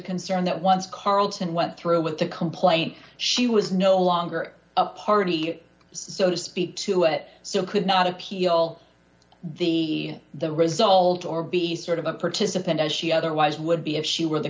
concern that once carlton went through with the complaint she was no longer a party so to speak to it so could not appeal the the result or be sort of a participant as she otherwise would be if she were the